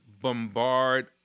bombard